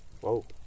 whoa